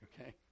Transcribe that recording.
okay